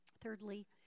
Thirdly